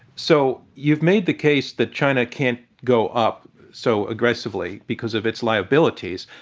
so, you've made the case that china can't go up so aggressively because of its liabilities.